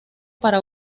para